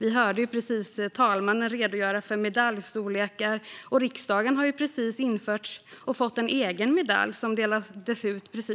Vi hörde precis talmannen redogöra för medaljstorlekar, och riksdagen har precis infört och fått en egen medalj som nyss delades ut